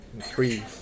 three